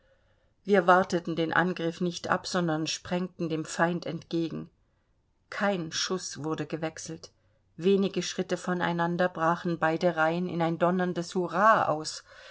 wir warteten den angriff nicht ab sondern sprengten dem feind entgegen kein schuß wurde gewechselt wenige schritte voneinander brachen beide reihen in ein donnerndes hurra aus